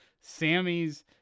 Sammy's